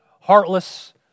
heartless